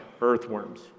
earthworms